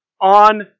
on